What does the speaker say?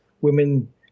women